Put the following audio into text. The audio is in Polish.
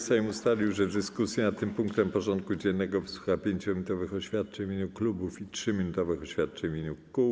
Sejm ustalił, że w dyskusji nad tym punktem porządku dziennego wysłucha 5-minutowych oświadczeń w imieniu klubów i 3-minutowych oświadczeń w imieniu kół.